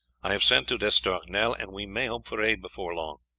i have sent to d'estournel, and we may hope for aid before long.